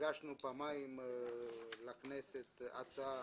הגשנו פעמיים לכנסת הצעה.